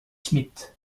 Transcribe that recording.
schmidt